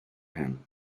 him